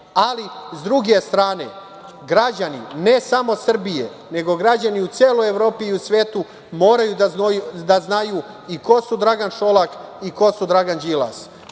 Ali, s druge strane, građani ne samo Srbije, nego građani u celoj Evropi i u svetu moraju da znaju i ko je Dragan Šolak i ko je Dragan Đilas. Prema